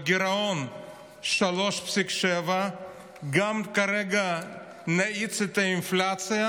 בגירעון 3.7% וגם כרגע נאיץ את האינפלציה,